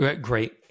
Great